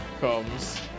comes